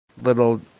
Little